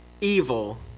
evil